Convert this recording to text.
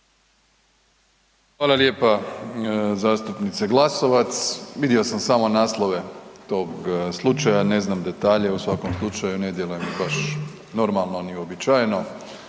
Hvala lijepa zastupnice Glasovac. Vidio sam samo naslove tog slučaja, ne znam detalje, u svakom slučaju ne djeluje mi baš normalno ni uobičajeno,